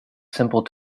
simple